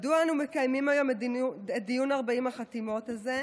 מדוע אנו מקיימים היום את דיון 40 החתימות הזה?